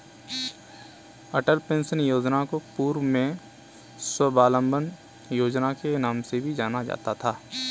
अटल pension योजना को पूर्व में स्वाबलंबन योजना के नाम से भी जाना जाता था